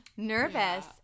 nervous